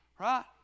right